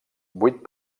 vuit